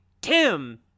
Tim